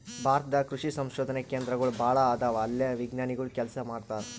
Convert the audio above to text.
ಭಾರತ ದಾಗ್ ಕೃಷಿ ಸಂಶೋಧನೆ ಕೇಂದ್ರಗೋಳ್ ಭಾಳ್ ಅದಾವ ಅಲ್ಲೇ ವಿಜ್ಞಾನಿಗೊಳ್ ಕೆಲಸ ಮಾಡ್ತಾರ್